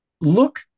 look